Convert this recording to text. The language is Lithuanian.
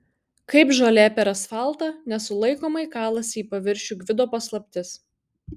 kaip žolė per asfaltą nesulaikomai kalasi į paviršių gvido paslaptis